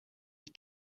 die